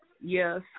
Yes